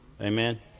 Amen